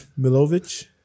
Milovic